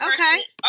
Okay